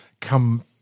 come